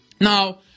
Now